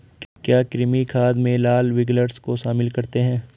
क्या कृमि खाद में लाल विग्लर्स को शामिल करते हैं?